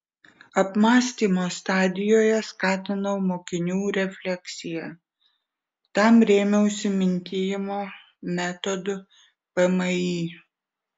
apmąstymo stadijoje skatinau mokinių refleksiją tam rėmiausi mintijimo metodu pmį